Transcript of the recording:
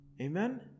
Amen